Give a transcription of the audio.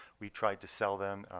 we tried to sell them.